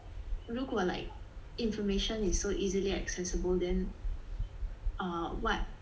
如果 like information is so easily accessible then uh what